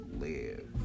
live